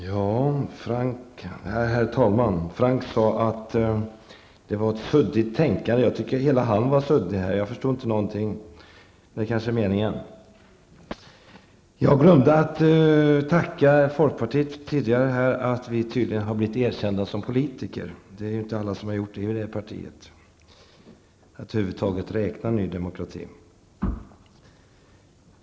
Herr talman! Hans Göran Franck sade att det var ett suddigt tänkande. Jag tycker att hela han var suddig. Jag förstod inte någonting. Men det kanske är meningen. Jag glömde att tacka folkpartiet tidigare för att vi tydligen har blivit erkända som politiker. Det är inte alla i det partiet som har gjort det eller över huvud taget räknar med Ny Demokrati.